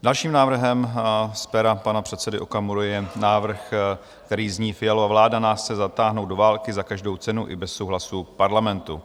Dalším návrhem z pera pana předsedy Okamury je návrh, který zní: Fialova vláda nás chce zatáhnout do války za každou cenu, i bez souhlasu Parlamentu.